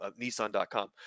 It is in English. nissan.com